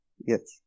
Yes